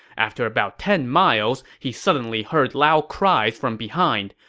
after about ten miles, he suddenly heard loud cries from behind.